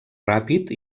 ràpid